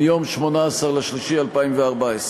מיום 18 במרס 2014,